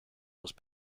was